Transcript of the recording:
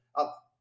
up